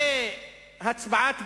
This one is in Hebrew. הצבעת בזק,